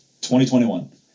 2021